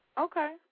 Okay